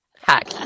hack